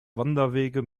wanderwege